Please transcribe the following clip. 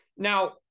Now